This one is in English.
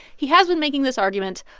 he has been making this argument.